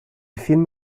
film